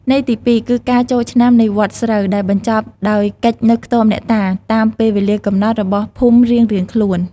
ន័យទី ២ គឺការចូលឆ្នាំនៃវដ្តស្រូវ ដែលបញ្ចប់ដោយកិច្ចនៅខ្ទមអ្នកតា តាមពេលវេលាកំណត់របស់ភូមិរៀងៗខ្លួន។